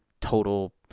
total